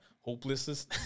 hopelessness